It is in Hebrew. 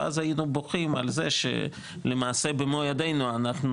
ואז היינו בוכים על זה שלמעשה במו ידינו אנחנו